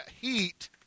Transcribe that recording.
heat